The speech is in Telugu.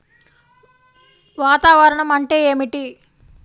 వాతావరణం అంటే ఏమిటి?